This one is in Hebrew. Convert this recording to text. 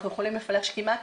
אנחנו יכולים לפלח שכמעט